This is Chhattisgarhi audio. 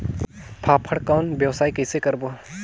फाफण कौन व्यवसाय कइसे करबो?